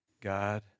God